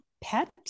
Pet